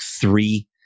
three